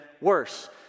worse